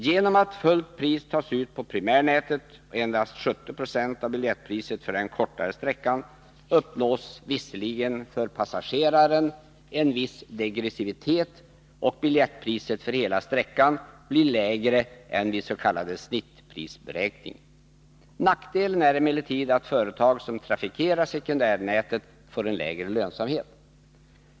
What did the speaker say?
Genom att fuilt pris tas ut på primärnätet och endast 70 90 av biljettpriset för den kortare sträckan uppnås visserligen för passageraren en viss degressivitet, och biljettpriset för hela sträckan blir lägre än vid s.k. snittprisberäkning. Nackdelen är emellertid att företag som trafikerar sekundärnätet får lägre lönsamhet.